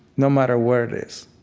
no matter where it is,